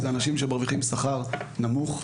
זה אנשים שמרוויחים שכר נמוך.